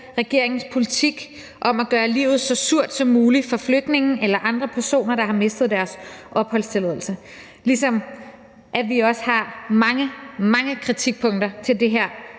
regeringens politik om at gøre livet så surt som muligt for flygtninge eller andre personer, der har mistet deres opholdstilladelse, ligesom vi også har mange, mange kritikpunkter til det her